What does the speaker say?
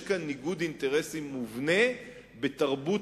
יש כאן ניגוד אינטרסים מובנה בתרבות